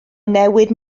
newid